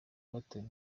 batawe